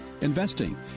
investing